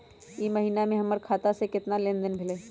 ई महीना में हमर खाता से केतना लेनदेन भेलइ?